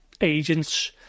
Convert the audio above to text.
agents